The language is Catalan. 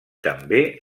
també